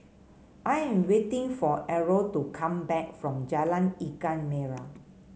I am waiting for Errol to come back from Jalan Ikan Merah